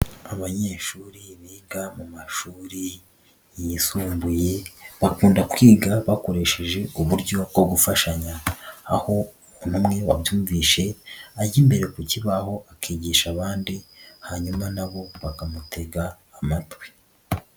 Abanyeshuri biga mu mashuri yisumbuye bakunda kwiga bakoresheje uburyo bwo gufashanya, aho umwe babyumvise ajya imbere ku kibaho akigisha abandi hanyuma nabo bakamutega amatwi.